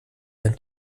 ein